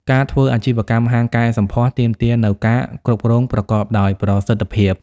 ការធ្វើអាជីវកម្មហាងកែសម្ផស្សទាមទារនូវការគ្រប់គ្រងប្រកបដោយប្រសិទ្ធភាព។